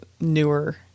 newer